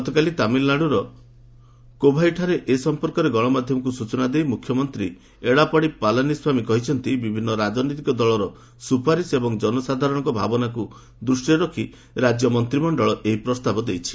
ଗତକାଲି ତାମିଲନାଡୁର କୋଭାଇଠାରେ ଏ ସଂପର୍କରେ ଗଣମାଧ୍ୟମକୁ ସୂଚନା ଦେଇ ମୁଖ୍ୟମନ୍ତ୍ରୀ ଏଡାପାଡି ପଲାନିସ୍ୱାମୀ କହିଛନ୍ତି ବିଭିନ୍ନ ରାଜନୈତିକ ଦଳର ସୁପାରିଶ ଏବଂ ଜନସାଧାରଣଙ୍କର ଭାବନାକୁ ଦୃଷ୍ଟିରେ ରଖି ରାଜ୍ୟ ମନ୍ତ୍ରିମଣ୍ଡଳ ଏହି ପ୍ରସ୍ତାବ ଦେଇଛି